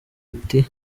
uti